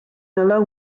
alone